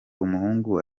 umuhungu